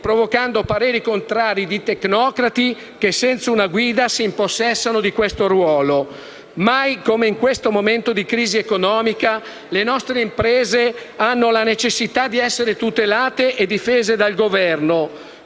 provocando pareri contrari di tecnocrati che, senza una guida, si impossessano di questo ruolo. Mai come in questo momento di crisi economica le nostre imprese hanno la necessità di essere tutelate e difese dal Governo,